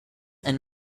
and